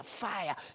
fire